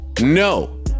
no